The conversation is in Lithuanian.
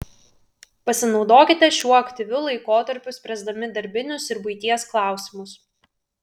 pasinaudokite šiuo aktyviu laikotarpiu spręsdami darbinius ir buities klausimus